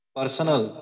Personal